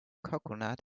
coconut